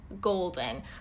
golden